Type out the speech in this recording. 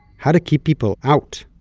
how to keep people out?